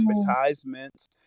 advertisements